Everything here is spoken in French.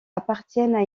appartiennent